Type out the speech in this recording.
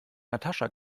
natascha